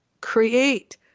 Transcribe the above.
create